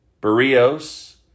Barrios